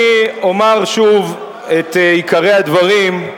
אני אומר שוב את עיקרי הדברים,